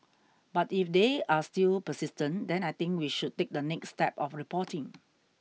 but if they are still persistent then I think we should take the next step of reporting